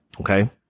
okay